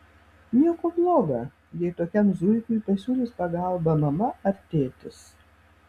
nieko bloga jei tokiam zuikiui pasiūlys pagalbą mama ar tėtis